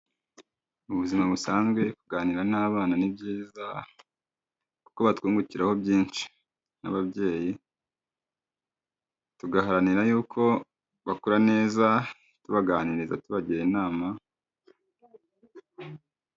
Mu buzima busanzwe kuganira n'abana ni byiza kuko batwungukiraho byinshi n'ababyeyi tugaharanira yuko bakura neza tubaganiriza tubagira inama.